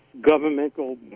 governmental